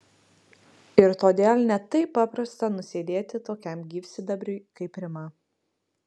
ir todėl ne taip paprasta nusėdėti tokiam gyvsidabriui kaip rima